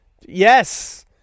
yes